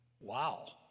Wow